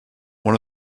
one